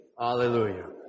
Hallelujah